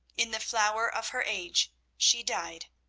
in the flower of her age she died,